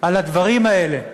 על הדברים האלה,